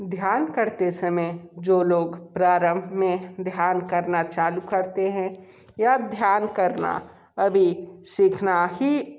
ध्यान करते समय जो लोग प्रारम्भ में ध्यान करना चालू करते हैं या ध्यान करना अभी सीखाना ही